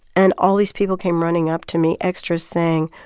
and all these people came running up to me extras saying,